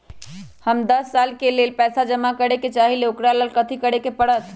हम दस साल के लेल पैसा जमा करे के चाहईले, ओकरा ला कथि करे के परत?